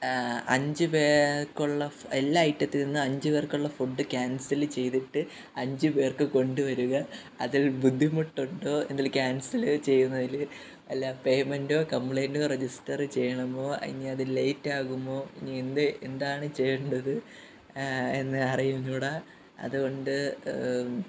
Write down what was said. അഞ്ച് പേർക്കുള്ള എല്ലാ ഐറ്റത്തീന്ന് അഞ്ച് പേർക്കുള്ള ഫുഡ് ക്യാൻസല് ചെയ്തിട്ട് അഞ്ച് പേർക്ക് കൊണ്ട് വരിക അതിൽ ബുദ്ധിമുട്ടുണ്ടോ അതിൽ ക്യാൻസല് ചെയ്യുന്നതിൽ അല്ല പേയ്മെൻറ്റോ കംപ്ലൈൻറ്റോ രജിസ്റ്റർ ചെയ്യണമോ ഇനി അതിൽ ലേറ്റാകുമോ ഇനി എന്ത് എന്താണ് ചെയ്യേണ്ടത് ഇനി അറിഞ്ഞുകൂടാ അതുകൊണ്ട്